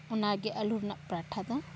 ᱚᱱᱟᱜᱮ ᱟᱹᱞᱩ ᱨᱮᱱᱟᱜ ᱯᱟᱨᱟᱴᱷᱟ ᱫᱚ